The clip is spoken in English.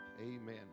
amen